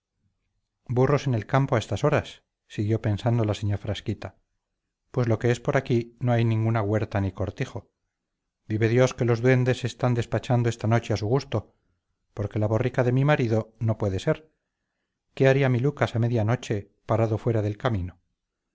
burros en el campo a estas horas siguió pensando la señá frasquita pues lo que es por aquí no hay ninguna huerta ni cortijo vive dios que los duendes se están despachando esta noche a su gusto porque la borrica de mi marido no puede ser qué haría mi lucas a medianoche parado fuera del camino